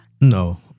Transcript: No